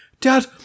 Dad